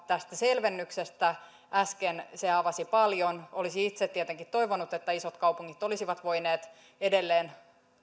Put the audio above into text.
tästä selvennyksestä äsken se avasi paljon olisin itse tietenkin toivonut että isot kaupungit olisivat voineet edelleen